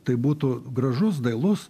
tai būtų gražus dailus